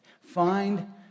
Find